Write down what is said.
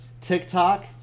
TikTok